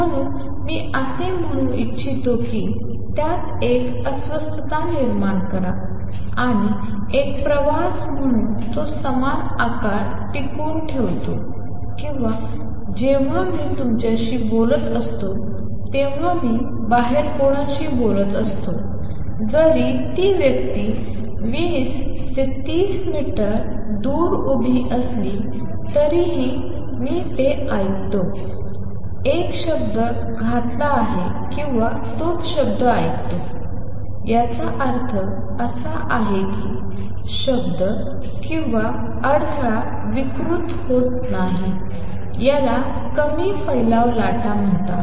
म्हणून मी असे म्हणू इच्छितो की त्यात एक अस्वस्थता निर्माण करा आणि एक प्रवास म्हणून तो समान आकार टिकवून ठेवतो किंवा जेव्हा मी तुमच्याशी बोलत असतो जेव्हा मी बाहेर कोणाशी बोलत असतो जरी ती व्यक्ती 20 30 मीटर दूर उभी असली तरीही मी ते ऐकतो एक शब्द घातला आहे किंवा तोच शब्द ऐकते याचा अर्थ असा की शब्द किंवा अडथळा विकृत होत नाही याला कमी फैलाव लाटा म्हणतात